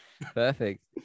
perfect